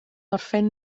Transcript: orffen